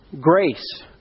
grace